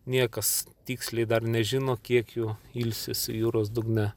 niekas tiksliai dar nežino kiek jų ilsisi jūros dugne